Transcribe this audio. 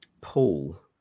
Paul